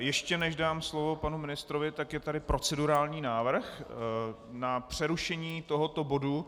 Ještě než dám slovo panu ministrovi, tak je tady procedurální návrh na přerušení tohoto bodu.